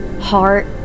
Heart